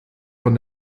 von